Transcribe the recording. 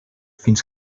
fins